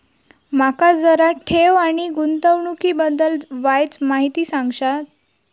माका जरा ठेव आणि गुंतवणूकी बद्दल वायचं माहिती सांगशात?